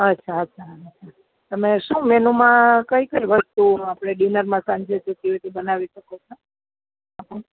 અચ્છા અચ્છા તમે શું મેનુમાં કઈ કઈ વસ્તુ ડિનરમાં આપડે સાંજે બનાવી શકો